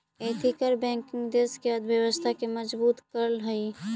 ethical banking देश के अर्थव्यवस्था के मजबूत करऽ हइ